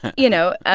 you know. ah